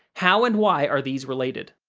how and why are these related?